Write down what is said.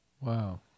Wow